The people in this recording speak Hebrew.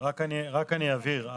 רק אני אבהיר,